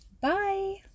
bye